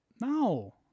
No